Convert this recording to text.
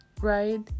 right